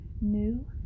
new